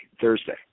Thursday